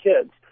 kids